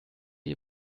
ihr